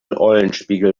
eulenspiegel